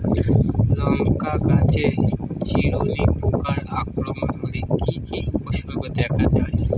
লঙ্কা গাছের চিরুনি পোকার আক্রমণ হলে কি কি উপসর্গ দেখা যায়?